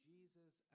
Jesus